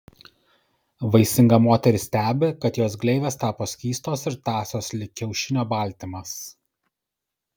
vaisinga moteris stebi kad jos gleivės tapo skystos ir tąsios lyg kiaušinio baltymas